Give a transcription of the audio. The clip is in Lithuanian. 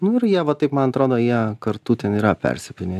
nu ir jie va taip man atrodo jie kartu ten yra persipynę